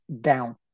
down